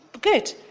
good